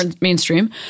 mainstream